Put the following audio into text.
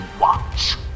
watch